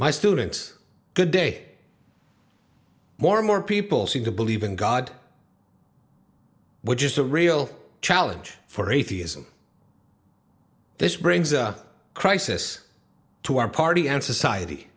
my students good day more and more people seem to believe in god which is the real challenge for atheism this brings a crisis to our party and society